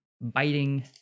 biting